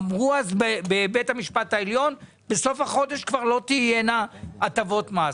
ואז אמרו בבית המשפט העליון שבסוף החודש לא תהיינה הטבות מס.